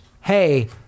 hey